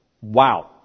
Wow